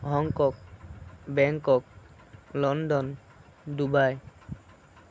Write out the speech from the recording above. Hong Kong Bangkok London Dubai